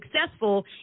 successful